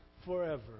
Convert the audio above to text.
forever